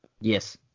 Yes